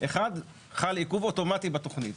אחד, חל עיכוב אוטומטי בתוכנית.